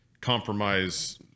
compromise